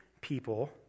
people